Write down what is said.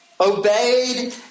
Obeyed